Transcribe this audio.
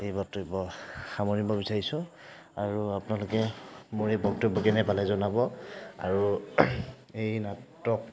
এই বক্তব্য সামৰিব বিচাৰিছোঁ আৰু আপোনালোকে মোৰ এই বক্তব্য কেনে পালে জনাব আৰু এই নাটক